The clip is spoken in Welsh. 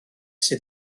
sydd